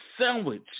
sandwich